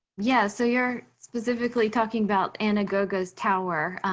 yeah, so you're specifically talking about anna goga's tower.